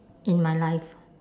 in my life